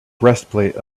breastplate